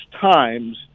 times